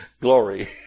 Glory